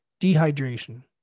dehydration